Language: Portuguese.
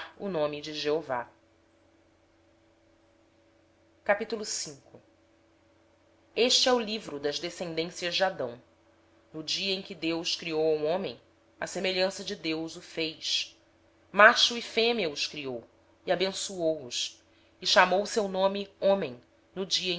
o nome do senhor este é o livro das gerações de adão no dia em que deus criou o homem à semelhança de deus o fez homem e mulher os criou e os abençoou e os chamou pelo nome de homem no dia